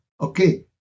okay